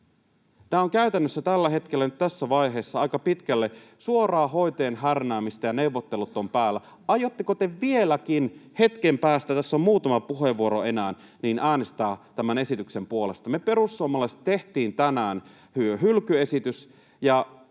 Tämä on käytännössä tällä hetkellä nyt tässä vaiheessa aika pitkälle suoraa hoitajien härnäämistä, ja neuvottelut ovat päällä. Aiotteko te vieläkin hetken päästä — tässä on muutama puheenvuoro enää — äänestää tämän esityksen puolesta? Me perussuomalaiset tehtiin tänään hylkyesitys,